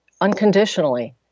unconditionally